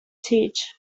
teach